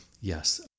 Yes